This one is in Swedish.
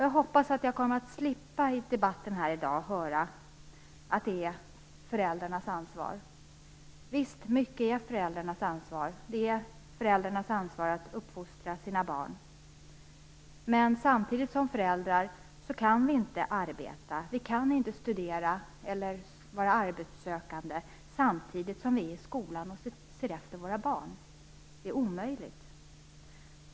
Jag hoppas att jag i debatten här i dag kommer att slippa att höra att det är föräldrarnas ansvar. Visst är mycket föräldrarnas ansvar. Det är föräldrarnas ansvar att uppfostra sina barn, men vi kan inte arbeta, studera eller vara arbetssökande samtidigt som vi är i skolan och ser efter våra barn. Det är omöjligt.